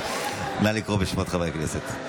לקרוא בשמות חברי הכנסת.